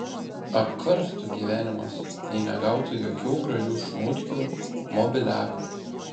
apkarstų gyvenimas jei negautų jokių gražių šmutkių mobiliakų